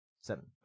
Seven